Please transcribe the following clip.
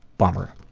bummer.